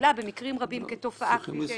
שמובילה במקרים רבים כתופעה שציינתן --- צריכים